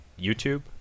YouTube